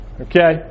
okay